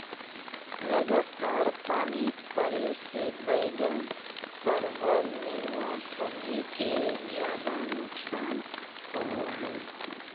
लगातार पानी पड़े से बैगन, परवल, नेनुआ सब्जी के ज्यादा नुकसान होबो हइ